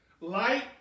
Light